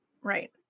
right